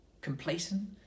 complacent